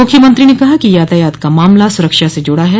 मुख्यमंत्री ने कहा कि यातायात का मामला सुरक्षा से जुड़ा है